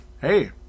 hey